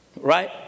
Right